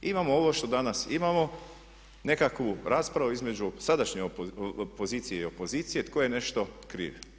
Imamo ovo što danas imamo, nekakvu raspravu između sadašnje pozicije i opozicije tko je nešto kriv.